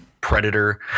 Predator